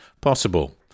possible